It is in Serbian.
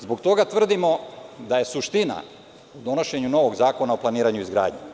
Zbog toga tvrdimo da je suština u donošenju novog Zakona o planiranju i izgradnji.